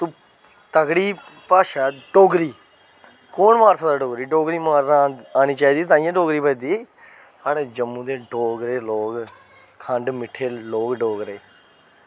तगड़ी भाशा ऐ डोगरी कौन मारी सकदा डोगरी गी डोगरी मारना आनी चाहिदी ताइयें डोगरी बचदी साढ़े जम्मू दे डोगरे लोक खंड मिट्ठे लोक डोगरे